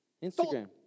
Instagram